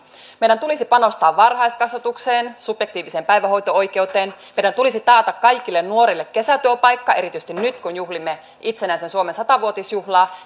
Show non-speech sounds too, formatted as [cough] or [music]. meidän tulisi panostaa varhaiskasvatukseen subjektiiviseen päivähoito oikeuteen meidän tulisi taata kaikille nuorille kesätyöpaikka erityisesti nyt kun juhlimme itsenäisen suomen satavuotisvuotisjuhlaa [unintelligible]